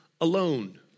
alone